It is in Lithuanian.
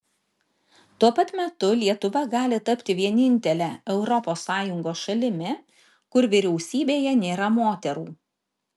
tuo pat metu lietuva gali tapti vienintele europos sąjungos šalimi kur vyriausybėje nėra moterų